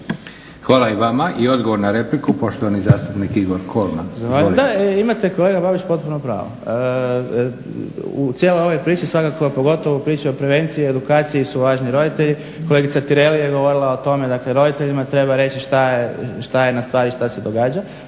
Hvala i vama. I odgovor na repliku, poštovani zastupnik Igor Kolman.